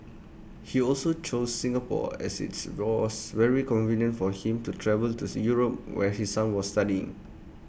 he also chose Singapore as its roars very convenient for him to travel to Europe where his son was studying